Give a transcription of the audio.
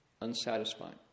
Unsatisfying